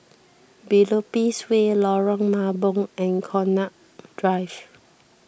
Biopolis Way Lorong Mambong and Connaught Drive